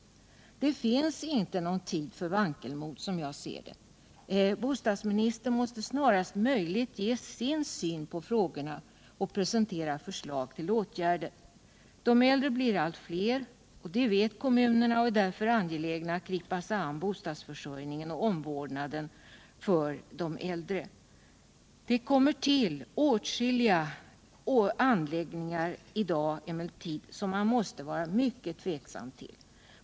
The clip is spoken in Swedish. Som jag ser det finns det ingen tid för vankelmod. Bostadsministern måste snarast möjligt ge sin syn på frågorna och presentera förslag till åtgärder. De äldre blir allt fler. Kommunerna vet det, och de är därför angelägna om att gripa sig an frågan om bostadsförsörjningen och omvårdnaden för de äldre. Det kommer i dag emellertid till åtskilliga anläggningar som man måste vara mycket tveksam till.